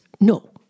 No